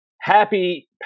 Happy